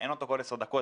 אין אותו כל עשר דקות.